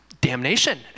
damnation